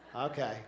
Okay